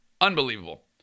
unbelievable